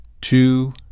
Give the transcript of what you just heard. two